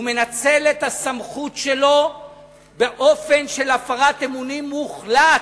הוא מנצל את הסמכות שלו באופן של הפרת אמונים מוחלטת.